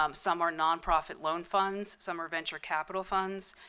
um some are nonprofit loan funds. some are venture capital funds.